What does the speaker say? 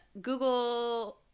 Google